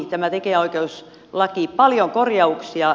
tämä tekijänoikeuslaki vaatii paljon korjauksia